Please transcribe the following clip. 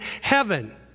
heaven